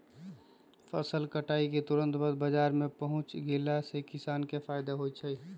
फसल कटाई के तुरत बाद बाजार में पहुच गेला से किसान के फायदा होई छई